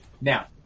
Now